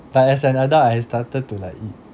but as an adult I started to like eat